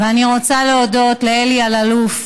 אני רוצה להודות לאלי אלאלוף.